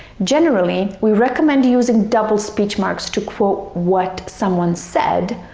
generally, we recommend using double speech marks to quote what someone said,